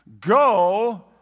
Go